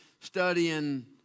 studying